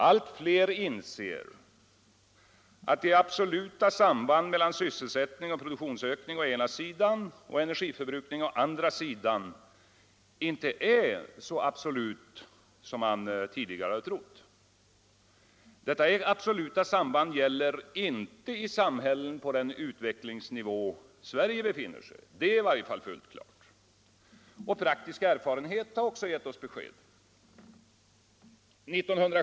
Allt flera inser att det absoluta sambandet mellan sysselsättning och produktionsökning å ena sidan och energiförbrukning å andra sidan inte är så absolut som man tidigare har trott. Detta absoluta samband gäller inte i samhällen på den utvecklingsnivå där Sverige befinner sig: det är i varje fall fullt klart. Praktisk erfarenhet har också gett oss besked om detta.